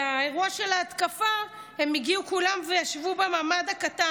באירוע של ההתקפה הם הגיעו כולם וישבו בממ"ד הקטן.